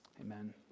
Amen